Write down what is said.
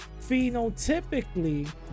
Phenotypically